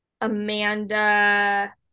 Amanda